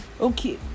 okay